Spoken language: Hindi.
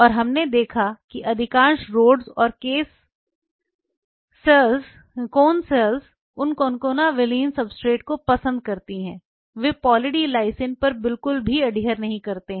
और हमने देखा कि अधिकांश रोडस और केस सेल्स उस कॉनकाना वेलिन सब्सट्रेट को पसंद करती हैं वे पॉली डी लाइसिन पर बिल्कुल भी अडहिअर नहीं करते हैं